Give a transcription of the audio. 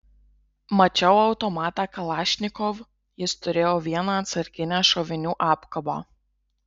mačiau automatą kalašnikov jis turėjo vieną atsarginę šovinių apkabą